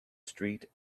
street